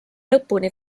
lõpuni